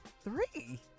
three